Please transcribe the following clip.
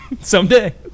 someday